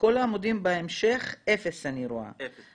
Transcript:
בכל העמודים בהמשך אני רואה אפס,